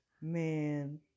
man